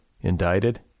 indicted